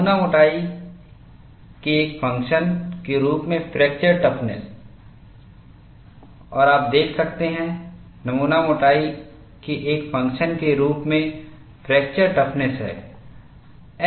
नमूना मोटाई के एक फंक्शन के रूप में फ्रैक्चरटफ़्नस और आप देख सकते हैं नमूना मोटाई के एक फंक्शन के रूप में फ्रैक्चर टफ़्नस हैं